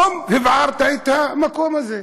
בום, הבערת את המקום הזה.